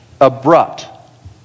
abrupt